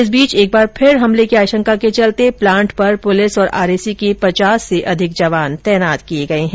इस बीच एक बार फिर हमले की आशंका के चलते प्लांट पर पुलिस और आरएसी के पचास से अधिक जवान तैनात किए हैं